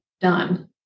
done